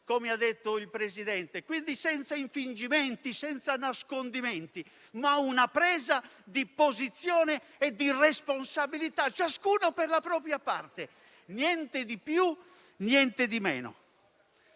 come ha detto il Presidente, quindi senza infingimenti e senza nascondimenti; una presa di posizione e di responsabilità, ciascuno per la propria parte; niente di più, niente di meno.